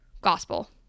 gospel